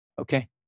Okay